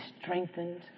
strengthened